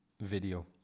video